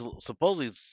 supposedly